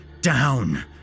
down